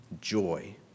Joy